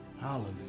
Hallelujah